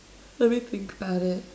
let me think about it